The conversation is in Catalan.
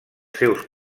seus